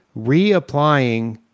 reapplying